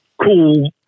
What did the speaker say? cool